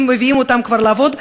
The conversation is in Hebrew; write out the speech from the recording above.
אם מביאים אותם כבר לעבוד,